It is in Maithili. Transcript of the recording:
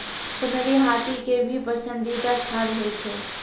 कुनरी हाथी के भी पसंदीदा खाद्य होय छै